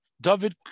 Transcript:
David